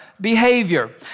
behavior